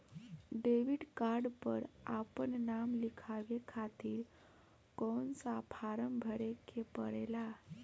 Debit card पर आपन नाम लिखाये खातिर कौन सा फारम भरे के पड़ेला?